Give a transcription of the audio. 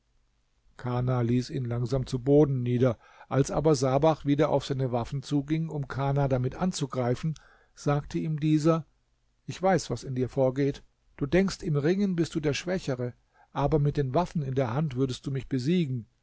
kana ließ ihn langsam zu boden nieder als aber sabach wieder auf seine waffen zuging um kana damit anzugreifen sagte ihm dieser ich weiß was in dir vorgeht du denkst im ringen bist du der schwächere aber mit den waffen in der hand würdest du mich besiegen